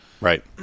Right